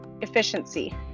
efficiency